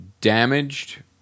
damaged